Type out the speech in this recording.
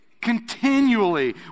Continually